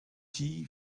qui